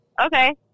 okay